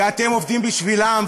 ואתם עובדים בשבילם,